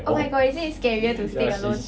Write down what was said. oh my god isn't it scarier to stay alone oh my god